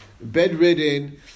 bedridden